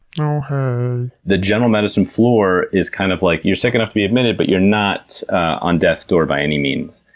you know the general medicine floor is kind of like, you're sick enough to be admitted, but you're not on death's door, by any means.